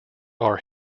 are